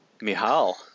Mihal